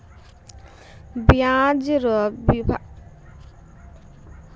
बाँस रो विभाजन किसान रो व्यवसाय पर निर्भर करै छै